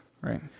Right